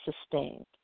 sustained